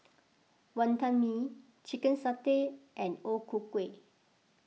Wonton Mee Chicken Satay and O Ku Kueh